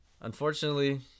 unfortunately